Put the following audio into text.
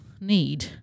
need